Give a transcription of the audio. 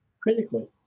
critically